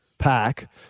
pack